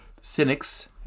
cynics